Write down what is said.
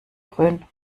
grün